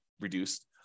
reduced